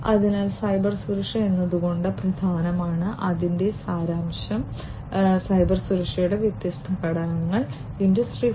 അതിനാൽ സൈബർ സുരക്ഷ എന്തുകൊണ്ട് പ്രധാനമാണ് അതിന്റെ സാരാംശം സൈബർ സുരക്ഷയുടെ വ്യത്യസ്ത ഘടകങ്ങൾ ഇൻഡസ്ട്രി 4